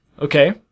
Okay